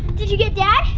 did you get dad?